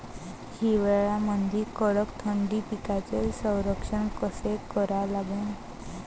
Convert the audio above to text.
हिवाळ्यामंदी कडक थंडीत पिकाचे संरक्षण कसे करा लागन?